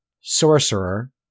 Sorcerer